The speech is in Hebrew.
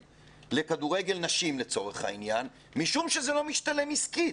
לכדורגל נשים משום שזה לא משתלם עסקית.